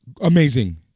amazing